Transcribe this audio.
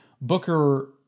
Booker